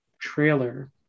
trailer